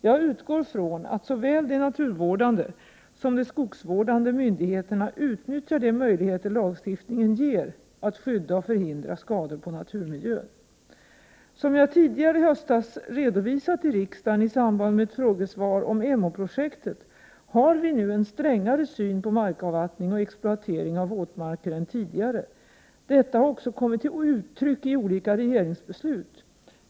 Jag utgår från att såväl de naturvårdande som de skogsvårdande myndigheterna utnyttjar de möjligheter lagstiftningen ger att skydda och förhindra skador på naturmiljön. Som jag tidigare i höstas redovisat i riksdagen i samband med ett frågesvar om Emåprojektet har vi nu en strängare syn på markavvattning och exploatering av våtmarker än tidigare. Detta har också kommit till uttryck i olika regeringsbeslut.